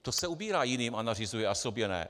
To se ubírá jiným a nařizuje, a sobě ne.